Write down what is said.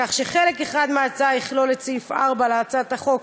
כך שחלק אחד מההצעה יכלול את סעיף 4 להצעת החוק,